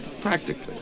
Practically